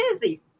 busy